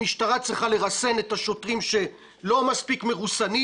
המשטרה צריכה לרסן את השוטרים שלא מספיק מרוסנים.